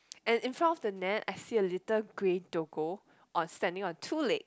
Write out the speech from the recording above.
and in front of the net I see a little grey doggo on standing on two leg